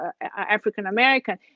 African-American